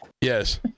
Yes